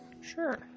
Sure